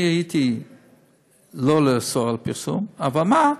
אני לא הייתי אוסר פרסום, אבל מה?